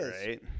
right